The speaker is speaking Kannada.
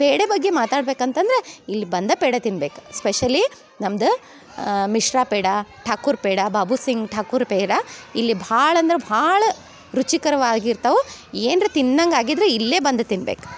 ಪೇಡ ಬಗ್ಗೆ ಮಾತಾಡ್ಬೇಕು ಅಂತಂದರೆ ಇಲ್ಲಿ ಬಂದ ಪೇಡ ತಿನ್ಬೇಕು ಸ್ಪೆಷಲಿ ನಮ್ದ ಮಿಶ್ರಾ ಪೇಡ ಠಾಕೂರ್ ಪೇಡ ಬಾಬು ಸಿಂಗ್ ಠಾಕೂರ್ ಪೇಡ ಇಲ್ಲಿ ಭಾಳ ಅಂದ್ರ ಭಾಳ ರುಚಿಕರವಾಗಿರ್ತವೆ ಏನ್ರೆ ತಿನ್ನಂಗೆ ಆಗಿದ್ದರೆ ಇಲ್ಲೇ ಬಂದು ತಿನ್ಬೇಕು